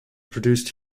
produced